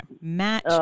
Match